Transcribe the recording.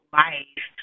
life